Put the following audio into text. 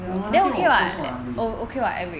我我 okay [what] 我不会说很 hungry ah